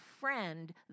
friend